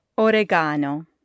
oregano